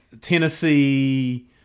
Tennessee